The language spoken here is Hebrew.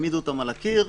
העמידו אותם אל הקיר.